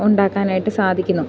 ഉണ്ടാക്കാനായിട്ട് സാധിക്കുന്നു